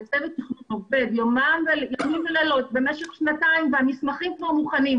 וצוות תכנון עובד ימים ולילות במשך שנתיים והמסמכים כבר מוכנים,